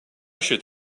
should